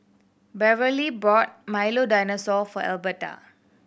Beverley bought Milo Dinosaur for Alberta